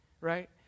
right